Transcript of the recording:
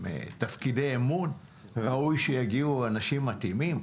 תפקידי אמון ראוי שיגיעו אנשים מתאימים.